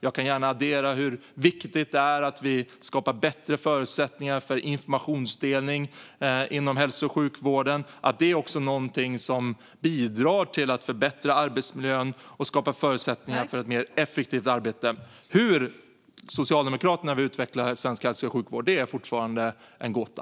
Jag kan gärna addera hur viktigt det är att vi skapar bättre förutsättningar för informationsdelning inom hälso och sjukvården. Det är också någonting som bidrar till att förbättra arbetsmiljön och skapa förutsättningar för ett mer effektivt arbete. Hur Socialdemokraterna vill utveckla svensk hälso och sjukvård är fortfarande en gåta.